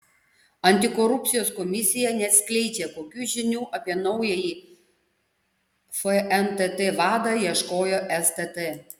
antikorupcijos komisija neatskleidžia kokių žinių apie naująjį fntt vadą ieškojo stt